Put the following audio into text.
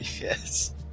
yes